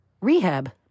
rehab